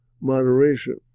moderation